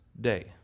Day